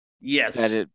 Yes